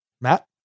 Matt